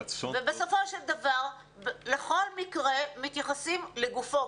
בסופו של דבר לכל מקרה מתייחסים לגופו.